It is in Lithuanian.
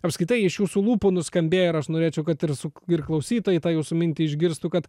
apskritai iš jūsų lūpų nuskambėjo ir aš norėčiau kad ir suk ir klausytojai tą jūsų mintį išgirstų kad